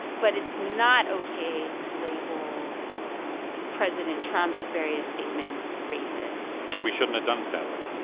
but it's not ok to label president trump's various statements racist we shouldn't have done it that way.